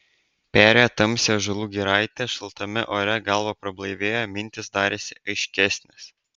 perėjo tamsią ąžuolų giraitę šaltame ore galva prablaivėjo mintys darėsi aiškesnės